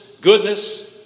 goodness